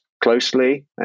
closely